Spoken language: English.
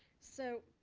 so,